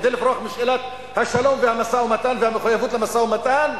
כדי לברוח משאלת השלום והמשא-והמתן והמחויבות למשא-ומתן,